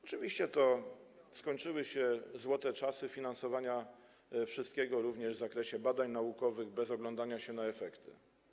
Oczywiście skończyły się złote czasy finansowania wszystkiego również w zakresie badań naukowych bez oglądania się na efekty.